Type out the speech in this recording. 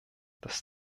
das